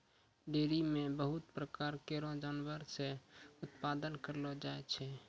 dairy म बहुत प्रकार केरो जानवर से उत्पादन करलो जाय छै